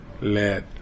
let